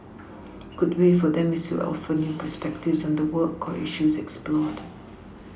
good way for them is to offer new perspectives on the work or issues explored